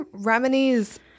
Remini's